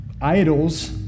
Idols